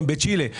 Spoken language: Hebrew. כן, בצ'ילה.